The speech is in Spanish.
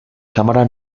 cámara